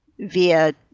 Via